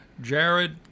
Jared